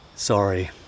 Sorry